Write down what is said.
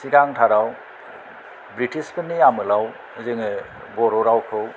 सिगांथाराव British फोरनि आमोलाव जोङो बर' रावखौ